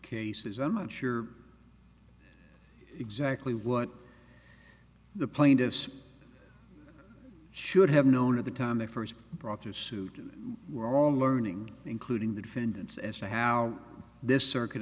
cases i'm not sure exactly what the plaintiffs should have known at the time they first brought to suit we're all learning including the defendant as to how this circuit